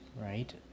right